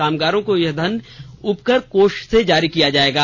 कामगारों को यह धन उपकर कोष से जारी किया जायेगा